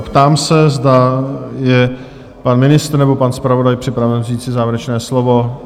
Ptám se, zda jsou pan ministr nebo pan zpravodaj připraveni říci závěrečné slovo?